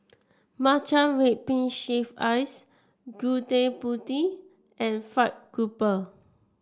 Matcha Red Bean Shaved Ice Gudeg Putih and fried grouper